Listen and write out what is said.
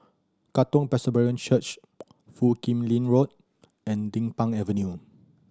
Katong Presbyterian Church Foo Kim Lin Road and Din Pang Avenue